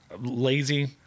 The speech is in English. lazy